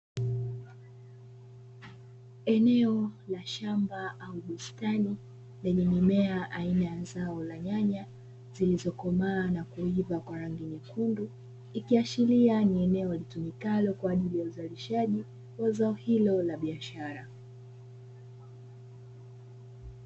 Eneo la shamba au bustani lenye mimea aina ya zao la nyanya, zilizokomaa na kuiva kwa rangi nyekundu. Ikiashiria kuwa ni eneo litumikalo kwa ajili ya uzalishaji wa zao hilo la biashara.